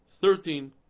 thirteen